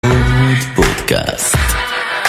פודקאסט